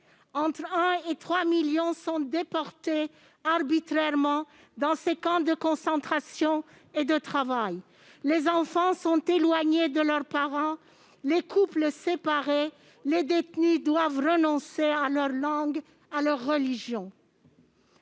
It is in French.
Entre 1 et 3 millions d'Ouïghours sont déportés arbitrairement dans ces camps de concentration et de travail. Les enfants sont éloignés de leurs parents, les couples séparés. Les détenus doivent renoncer à leur langue et à leur religion.